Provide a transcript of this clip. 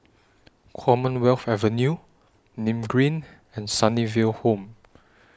Commonwealth Avenue Nim Green and Sunnyville Home